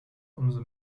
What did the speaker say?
umso